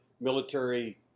military